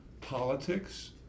politics